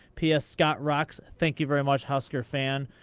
ps, scott rocks. thank you very much, huskerfan.